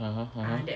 (uh huh) (uh huh)